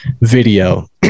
video